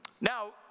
now